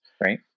right